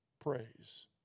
praise